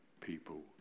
people